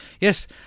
Yes